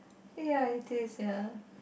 eh ya it is ya